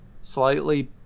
slightly